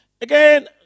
again